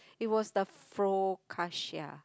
it was the foccacia